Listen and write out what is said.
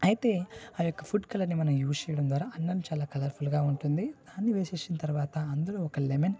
అయితే ఆ యొక్క ఫుడ్ కలర్నిమనం యూస్ చేయడం ద్వారా అన్నం చాలా కలర్ఫుల్గా ఉంటుంది దాన్ని యూస్ చేసిన తర్వాత అందులో ఒక లెమన్ అంటే నిమ్మకాయ